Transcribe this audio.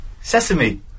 Sesame